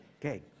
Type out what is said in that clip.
okay